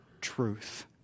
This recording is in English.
Truth